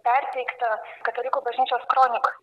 perteikta katalikų bažnyčios kronika